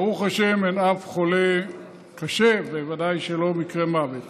ברוך השם, אין אף חולה קשה, ובוודאי לא מקרה מוות.